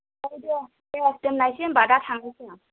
औ दे दे दोननायसै होमबा दा थांनोसै आं